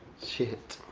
shit.